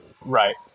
Right